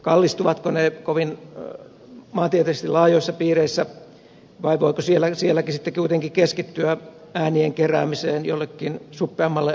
kallistuvatko ne kovin maantieteellisesti laajoissa piireissä vai voiko sielläkin sitten kuitenkin keskittyä äänien keräämiseen jollakin suppeammalla alueella